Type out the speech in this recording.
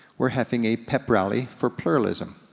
we're having a pep rally for pluralism.